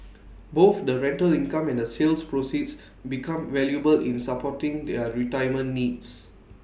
both the rental income and the sale proceeds become valuable in supporting their retirement needs